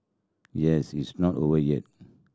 yes it's not over yet